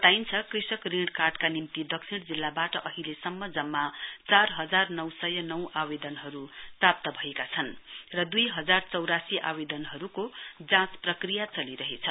बताइन्छ कृषक ऋण कार्डका निम्ति दक्षिण जिल्लाबाट अहिलेसम्म जम्मा चार हजार नौ सय नौ आवेदनहरू प्राप्त भएका छन् र दुई हजार चौरासी आवेदनहरूको जाँच प्रक्रिया चलिरहेछ